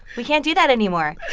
we can't do that anymore.